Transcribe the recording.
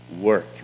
work